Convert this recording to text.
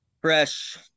Fresh